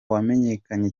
wamenyekanye